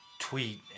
tweet